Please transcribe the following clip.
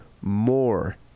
more